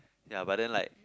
ya but then like